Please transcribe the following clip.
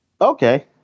Okay